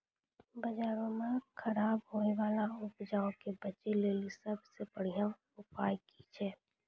बजारो मे खराब होय बाला उपजा के बेचै लेली सभ से बढिया उपाय कि छै?